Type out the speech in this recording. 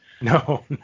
No